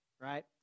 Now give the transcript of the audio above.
right